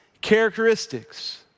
characteristics